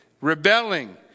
rebelling